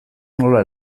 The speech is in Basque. nola